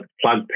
Plug